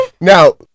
Now